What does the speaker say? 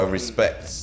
respect